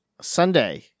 sunday